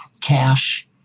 cash